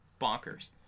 bonkers